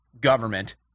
government